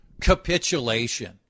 capitulation